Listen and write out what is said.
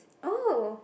oh